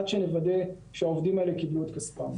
עד שנוודא שהעובדים האלה קיבלו את כספם.